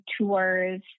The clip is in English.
tours